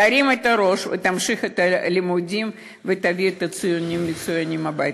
תרים את הראש ותמשיך את הלימודים ותביא את הציונים המצוינים הביתה.